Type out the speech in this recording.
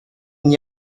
n’y